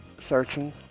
searching